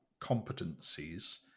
competencies